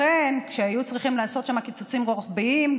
לכן כשהיו צריכים לעשות שם קיצוצים רוחביים,